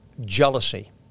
jealousy